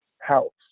house